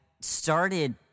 started